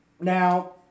Now